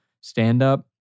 stand-up